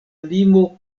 limo